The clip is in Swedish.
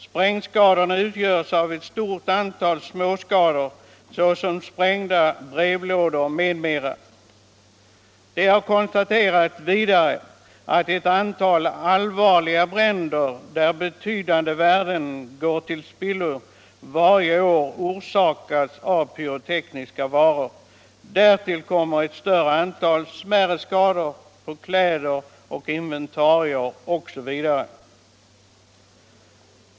Sprängskadorna utgörs av ett stort antal småskador såsom sprängda brevlådor m.m. Det har konstaterats att ett antal allvarliga bränder, där betydande värden går till spillo varje år, orsakas av pyrotekniska varor. Därtill kommer ett större antal smärre skador på kläder, inventarier osv.